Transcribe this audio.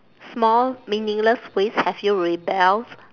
small meaningless ways have you rebelled